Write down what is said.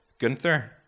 gunther